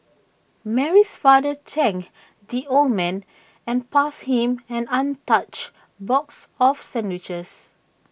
Mary's father thanked the old man and passed him an untouched box of sandwiches